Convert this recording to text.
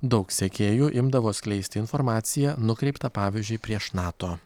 daug sekėjų imdavo skleisti informaciją nukreiptą pavyzdžiui prieš nato